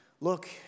look